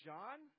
John